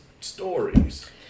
stories